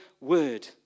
word